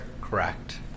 Correct